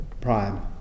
prime